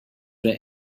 were